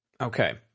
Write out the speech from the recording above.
Okay